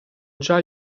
già